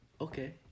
Okay